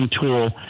tool